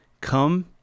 Come